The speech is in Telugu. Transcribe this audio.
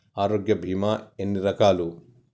ఆరోగ్య బీమా ఎన్ని రకాలు?